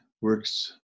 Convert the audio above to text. works